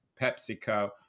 PepsiCo